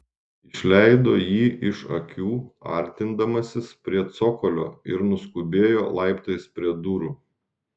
išleido jį iš akių artindamasis prie cokolio ir nuskubėjo laiptais prie durų